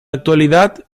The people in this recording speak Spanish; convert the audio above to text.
actualidad